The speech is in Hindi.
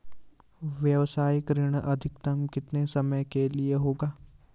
व्यावसायिक ऋण अधिकतम कितने समय के लिए होगा?